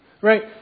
right